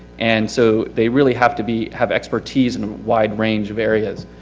and so they really have to be, have expertise in a wide range of areas.